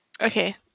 Okay